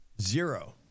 zero